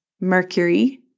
Mercury